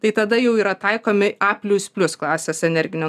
tai tada jau yra taikomi a plius plius klasės energinio